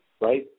right